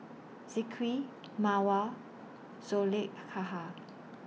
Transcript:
Zikri Mawar Zulaikha